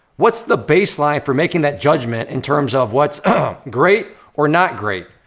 what's the baseline for making that judgment in terms of what's great or not great?